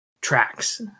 tracks